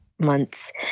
months